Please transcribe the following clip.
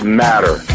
matter